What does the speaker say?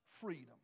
freedom